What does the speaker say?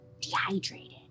dehydrated